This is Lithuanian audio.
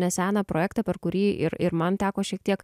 neseną projektą per kurį ir ir man teko šiek tiek